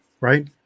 Right